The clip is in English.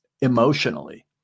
emotionally